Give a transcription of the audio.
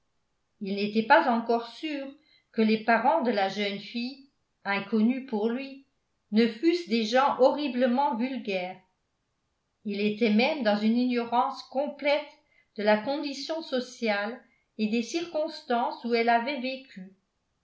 il n'était pas encore sûr que les parents de la jeune fille inconnus pour lui ne fussent des gens horriblement vulgaires il était même dans une ignorance complète de la condition sociale et des circonstances où elle avait vécu